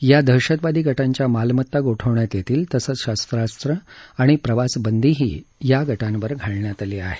या दहशतवादी गटांच्या मालमत्ता गोठवण्यात येतील तसंच शस्त्रास्र आणि प्रवास बंदीही या गटांवर घालण्यात आली आहे